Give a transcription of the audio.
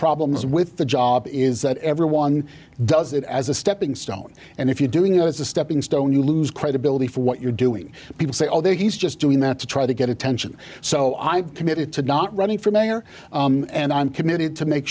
problems with the job is that everyone does it as a stepping stone and if you're doing it as a stepping stone you lose credibility for what you're doing people say although he's just doing that to try to get attention so i've committed to not running for mayor and i'm committed to make